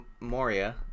Moria